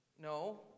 no